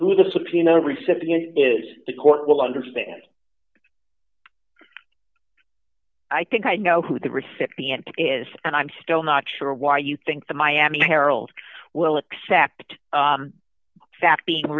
recipient is the court will understand i think i know who the recipient is and i'm still not sure why you think the miami herald will accept that being